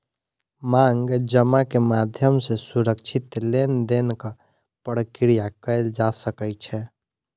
मांग जमा के माध्यम सॅ सुरक्षित लेन देनक प्रक्रिया कयल जा सकै छै